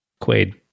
Quaid